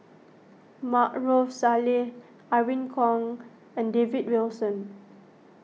Maarof Salleh Irene Khong and David Wilson